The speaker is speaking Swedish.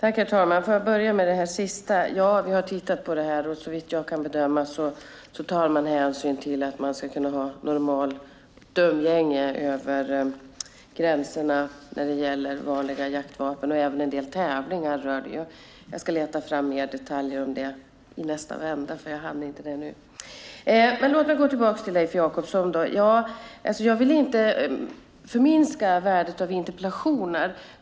Herr talman! Får jag börja med det sista: Ja, vi har tittat på det här, och såvitt jag kan bedöma tar man hänsyn till att det ska kunna ske ett normalt umgänge över gränserna när det gäller vanliga jaktvapen och även när det gäller vapen vid tävlingar. Jag ska leta fram mer detaljer om det till nästa vända. Låt mig gå tillbaka till Leif Jakobsson. Jag vill inte förminska värdet av interpellationer.